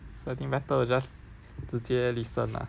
does it matter just 直接 listen lah